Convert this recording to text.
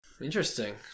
Interesting